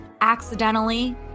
accidentally